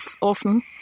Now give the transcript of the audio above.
often